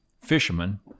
fisherman